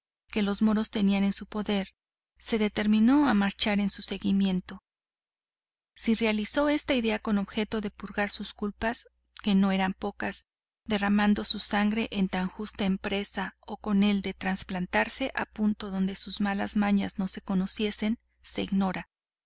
que los moros tenían en su poder se determinó a marchar en su seguimiento si realizó esta idea con objeto de purgar sus culpas que no eran pocas derramando su sangre en tan justa empresa o con el de transplantarse a un punto donde sus malas mañas no conociesen se ignora